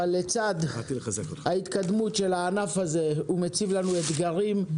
אבל לצד ההתקדמות של הענף הזה מוצבים לנו אתגרים,